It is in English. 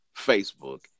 Facebook